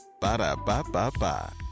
Ba-da-ba-ba-ba